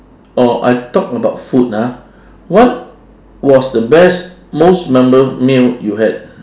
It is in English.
or I talk about food ah what was the best most memorable meal you had